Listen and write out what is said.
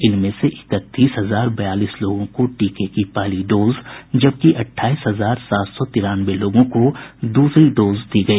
इनमें से इकतीस हजार बयालीस लोगों को टीके की पहली डोज जबकि अठाईस हजार सात सौ तेरानवे लोगों को दूसरी डोज दी गई